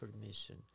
permission